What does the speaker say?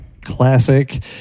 classic